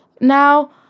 now